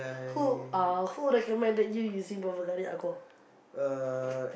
who uh who recommended you using Bvlgari Aqua